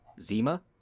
Zima